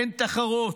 אין תחרות,